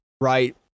right